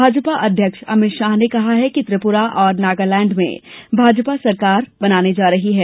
भाजपा अध्यक्ष अमित शाह ने कहा कि त्रिपुरा और नागालैंड में भाजपा सरकार बनाने जा रही है